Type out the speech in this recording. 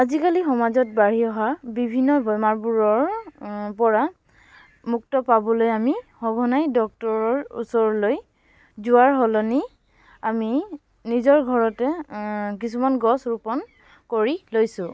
আজিকালি সমাজত বাঢ়ি অহা বিভিন্ন বেমাৰবোৰৰ পৰা মুক্ত পাবলৈ আমি সঘনাই ডক্তৰৰ ওচৰলৈ যোৱাৰ সলনি আমি নিজৰ ঘৰতে কিছুমান গছ ৰোপণ কৰি লৈছোঁ